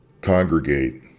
congregate